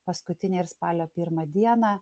paskutinę ir spalio pirmą dieną